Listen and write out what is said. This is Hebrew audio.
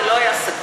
זה לא היה סגור,